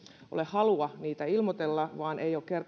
halua niitä ilmoitella vaan ei ole